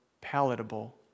palatable